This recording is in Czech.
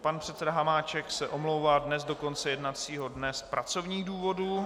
Pan předseda Hamáček se omlouvá dnes do konce jednacího dne z pracovních důvodů.